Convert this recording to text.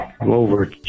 over